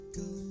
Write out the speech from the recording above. go